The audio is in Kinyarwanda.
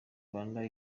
rwanda